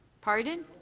pardon?